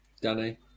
Danny